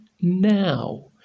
now